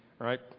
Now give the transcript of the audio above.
right